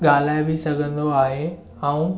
ॻाल्हाए बि सघन्दो आहे ऐं